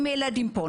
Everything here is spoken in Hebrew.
אם הילדים פה,